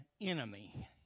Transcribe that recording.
enemy